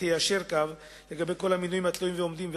תיישר קו לגבי כל המינויים התלויים ועומדים,